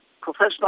professional